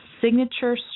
Signature